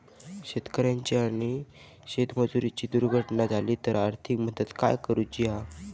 शेतकऱ्याची आणि शेतमजुराची दुर्घटना झाली तर आर्थिक मदत काय करूची हा?